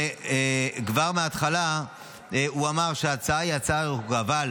וכבר מהתחלה הוא אמר שההצעה היא הצעה ראויה.